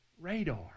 radar